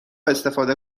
استفاده